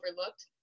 overlooked